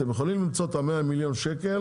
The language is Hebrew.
אתם יכולים למצוא את ה-100 מיליון שקל